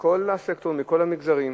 מכל הסקטורים, מכל המגזרים,